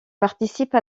participe